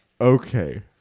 Okay